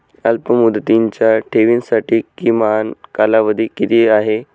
अल्पमुदतीच्या ठेवींसाठी किमान कालावधी किती आहे?